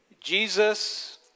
Jesus